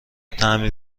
تعمیر